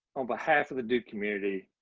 on behalf of the duke community,